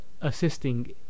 assisting